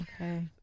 Okay